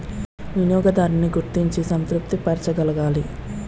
వినియోగదారున్ని గుర్తించి సంతృప్తి పరచగలగాలి